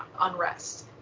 unrest